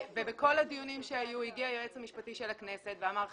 ובכל הדיונים שהיו הגיע היועץ המשפטי של הכנסת ואמר "חבר'ה,